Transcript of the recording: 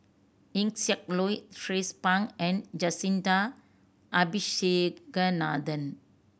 Eng Siak Loy Tracie Pang and Jacintha Abisheganaden